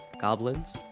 goblins